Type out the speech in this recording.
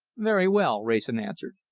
very well, wrayson answered.